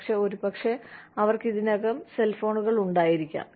പക്ഷേ ഒരുപക്ഷേ അവർക്ക് ഇതിനകം സെൽഫോണുകൾ ഉണ്ടായിരിക്കാം